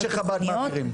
אין תוכנית שחב"ד מעבירים.